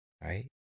right